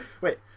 Wait